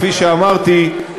כפי שאמרתי,